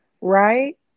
right